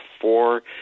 four